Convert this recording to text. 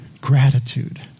gratitude